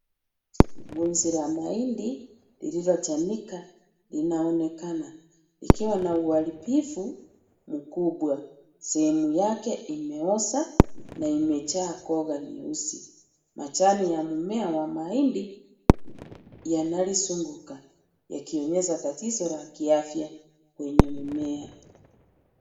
Weusi la mahindi lililochanika linaonekana likiwa na uharibifu mkubwa. Sehemu yake imeoza na imejaa koga nyeusi. Majani ya mmea wa mahindi, yanalizunguka yakionyesha tatizo la kiafya kwenye mmea.